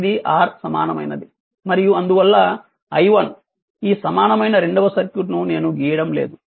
ఇది R సమానమైనది మరియు అందువల్ల i1 ఈ సమానమైన రెండవ సర్క్యూట్ను నేను గీయడం లేదు